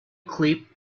clip